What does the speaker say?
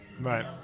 Right